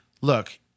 look